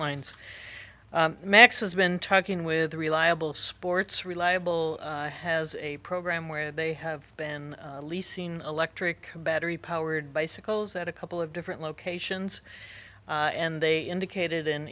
has been talking with reliable sports reliable has a program where they have been leasing electric battery powered bicycles at a couple of different locations and they indicated an